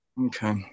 Okay